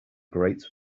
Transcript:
great